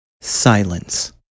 silence